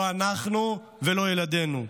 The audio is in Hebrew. לא אנחנו ולא ילדינו.